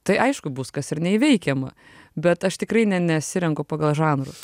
tai aišku bus kas ir neįveikiama bet aš tikrai ne nesirenku pagal žanrus